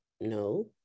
No